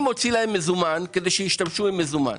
אני מוציא להם מזומן כדי שישתמשו במזומן.